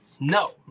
no